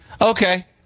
Okay